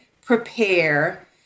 prepare